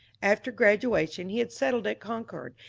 after gradu ation he had settled at concord,